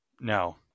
No